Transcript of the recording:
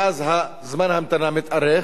ואז זמן ההמתנה מתארך.